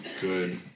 good